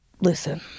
Listen